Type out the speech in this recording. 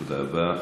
תודה רבה.